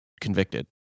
convicted